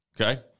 okay